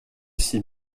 six